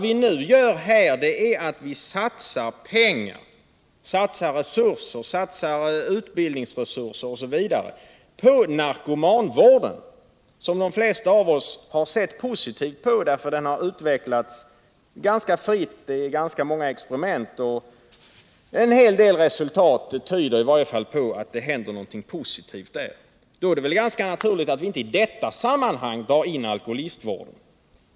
Men det vi nu diskuterar är de resurser som skall satsas på narkomanvården, någonting som de flesta av oss sett positivt på. Narkomanvården har ju utvecklats ganska fritt, och man har gjort många experiment som givit en hel del positiva resultat. Mot denna bakgrund är det väl ganska naturligt att vi inte i detta sammanhang drar in alkoholistvården.